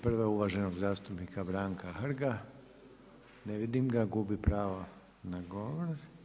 Prva je uvaženog zastupnika Branka Hrga, ne vidim ga, gubi pravo na govor.